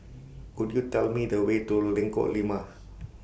Could YOU Tell Me The Way to Lengkok Lima